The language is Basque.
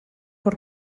hor